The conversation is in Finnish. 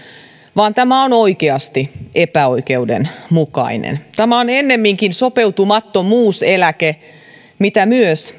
vaan tämä on oikeasti epäoikeudenmukainen tämä on ennemminkin sopeutumattomuuseläke mitä myös